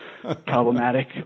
problematic